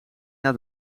naar